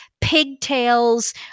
pigtails